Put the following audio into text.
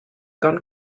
gone